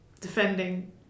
defending